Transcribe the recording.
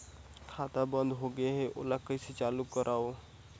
खाता बन्द होगे है ओला कइसे चालू करवाओ?